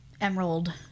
emerald